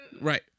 Right